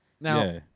Now